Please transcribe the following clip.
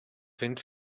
wind